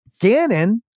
Gannon